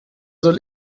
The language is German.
soll